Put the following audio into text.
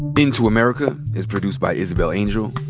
into america is produced by isabel angel,